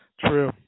True